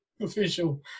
official